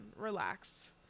relax